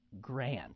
Grant